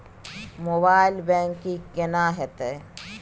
Mobile banking केना हेते?